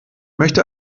möchte